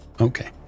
Okay